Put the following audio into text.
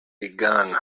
begun